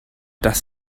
dass